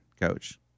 Coach